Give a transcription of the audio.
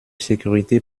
sécurité